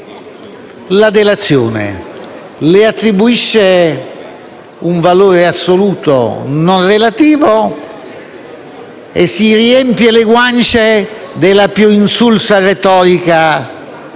la delazione, le attribuisce un valore assoluto, non relativo, e si riempie le guance della più insulsa retorica contro